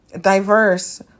diverse